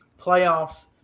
playoffs